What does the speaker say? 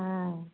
हूँ